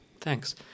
Thanks